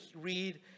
read